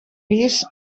pis